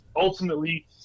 ultimately